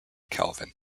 calvin